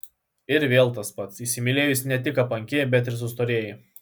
ir vėl tas pats įsimylėjus ne tik apanki bet ir sustorėji